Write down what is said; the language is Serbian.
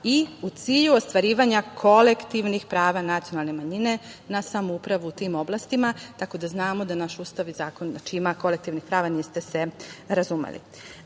i u cilju ostvarivanja kolektivnih prava nacionalne manjine na samoupravu u tim oblastima“, tako da znamo da naš Ustav i Zakon ima kolektivna prava. Niste se razumeli. Želela